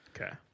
Okay